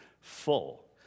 full